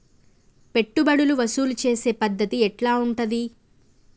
పెట్టుబడులు వసూలు చేసే పద్ధతి ఎట్లా ఉంటది?